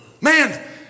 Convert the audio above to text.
man